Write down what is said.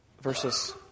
versus